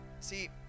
See